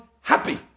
happy